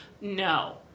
no